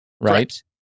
Right